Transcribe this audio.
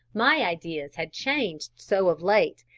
my ideas had changed so of late,